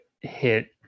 hit